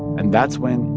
and that's when,